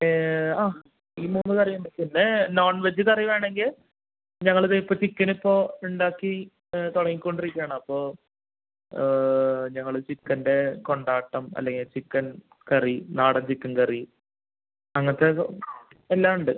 ഏ ആ ഈ മൂന്ന് കറിയുണ്ട് പിന്നേ നോൺ വെജ്ജ് കറി വേണമെങ്കിൽ ഞങ്ങൾ ദേ ഇപ്പം ചിക്കൻ ഇപ്പോൾ ഉണ്ടാക്കി തുടങ്ങിക്കൊണ്ടിരിക്കുകയാണ് അപ്പോൾ ഞങ്ങൾ ചിക്കൻ്റെ കൊണ്ടാട്ടം അല്ലെങ്കിൽ ചിക്കൻ കറി നാടൻ ചിക്കൻ കറി അങ്ങനത്തെ ഒക്കെ എല്ലാം ഉണ്ട്